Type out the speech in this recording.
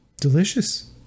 Delicious